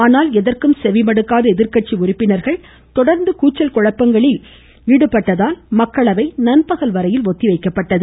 ஆனால் எதற்கும் செவி மடுக்காத எதிர்கட்சி உறுப்பினர்கள் தொடர்ந்து கூச்சல் குழப்பங்களில் தொடா்ந்து ஈடுபட்டதால் மக்களவை நண்பகல் வரையில் ஒத்திவைக்கப்பட்டது